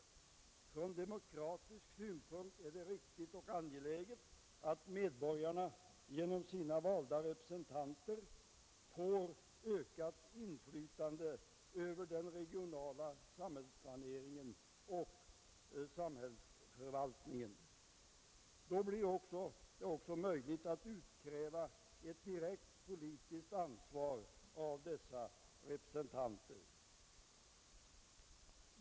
Från demokratisk synpunkt är det riktigt och angeläget att medborgarna genom sina valda representanter får ökat inflytande över den regionala samhällsplaneringen och samhällsförvaltningen. Då blir det också möjligt att utkräva ett direkt politiskt ansvar av dessa representanter.